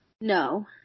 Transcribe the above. No